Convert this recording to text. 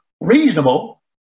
reasonable